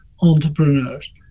entrepreneurs